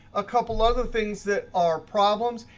a couple other things that are problems,